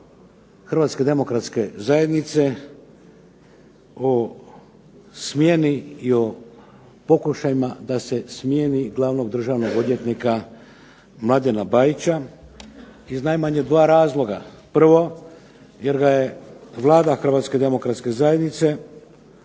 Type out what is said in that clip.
Hrvatske demokratske zajednice, o smjeni i o pokušajima da se smjeni glavnog državnog odvjetnika Mladena Bajića iz najmanje dva razloga. Prvo jer ga je Vlada Hrvatske demokratske zajednice,